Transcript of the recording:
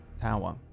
tower